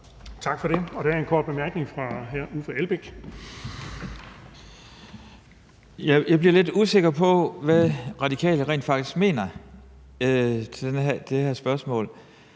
Tak for det. Og der er en kort bemærkning fra hr. Uffe Elbæk. Kl. 11:32 Uffe Elbæk (FG): Jeg bliver lidt usikker på, hvad Radikale rent faktisk mener i det her spørgsmål.